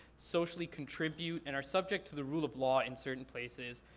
socially contribute and are subject to the rule of law in certain places,